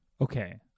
Okay